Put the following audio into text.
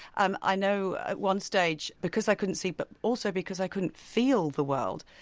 um i know at one stage, because i couldn't see but also because i couldn't feel the world,